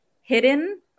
hidden